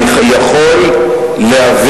אני יכול להבין.